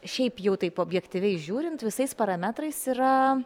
šiaip jau taip objektyviai žiūrint visais parametrais yra